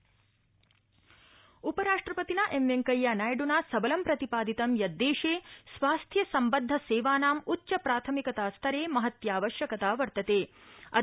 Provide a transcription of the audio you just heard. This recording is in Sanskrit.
उपराष्ट्रपतिः उपराष्ट्रपतिना एम वैंकैया नायड्ना सबलं प्रतिपादितं यत् देशे स्वास्थ्य सम्बद्ध सेवानाम् उच्च प्राथमिकता स्तरे महत्यावश्यकता वर्तते अद्य